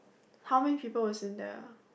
how many people is in there